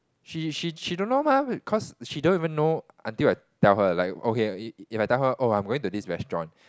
she she she don't know mah cause she don't even know until I tell her like okay if I tell her okay I'm going to this restaurant